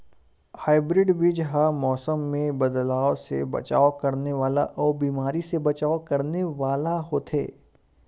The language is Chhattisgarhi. हाइब्रिड बीज हा मौसम मे बदलाव से बचाव करने वाला अउ बीमारी से बचाव करने वाला होथे